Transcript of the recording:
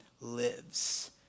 lives